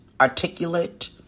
Articulate